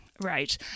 right